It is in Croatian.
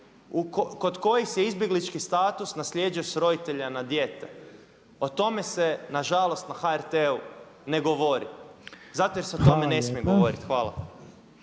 kod kojih se izbjeglički status nasljeđuje s roditelja na dijete. O tome se na žalost na HRT-u ne govori zato jer se o tome ne smije govoriti. Hvala.